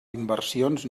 inversions